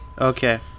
Okay